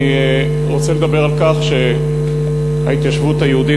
אני רוצה לדבר על כך שההתיישבות היהודית